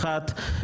האחת,